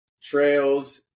trails